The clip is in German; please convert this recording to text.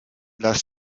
las